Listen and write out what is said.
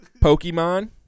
Pokemon